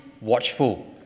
watchful